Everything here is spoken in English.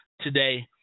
today